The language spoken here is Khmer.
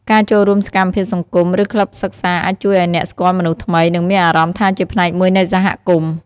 ការចូលរួមសកម្មភាពសង្គម ឬក្លឹបសិក្សាអាចជួយឲ្យអ្នកស្គាល់មនុស្សថ្មី និងមានអារម្មណ៍ថាជាផ្នែកមួយនៃសហគមន៍។